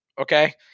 okay